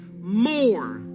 more